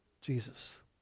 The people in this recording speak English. Jesus